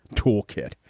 tool kit.